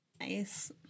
Nice